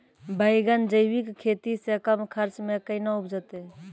बैंगन जैविक खेती से कम खर्च मे कैना उपजते?